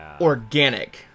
organic